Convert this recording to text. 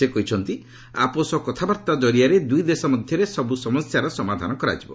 ସେ କହିଛନ୍ତି ଆପୋଷ କଥାବାର୍ତ୍ତା କରିଆରେ ଦୁଇଦେଶ ମଧ୍ୟରେ ସବୃ ସମସ୍ୟାର ସମାଧାନ କରାଯିବ